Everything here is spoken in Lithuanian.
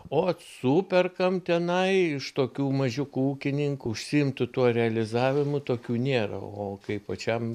ot superkam tenai iš tokių mažiukų ūkininkų užsiimtų tuo realizavimu tokių nėra o kai pačiam